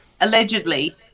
Allegedly